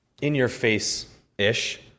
in-your-face-ish